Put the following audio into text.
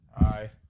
Hi